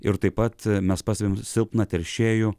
ir taip pat mes pastebim silpną teršėjų